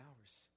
hours